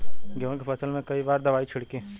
गेहूँ के फसल मे कई बार दवाई छिड़की?